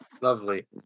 Lovely